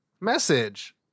message